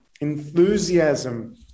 enthusiasm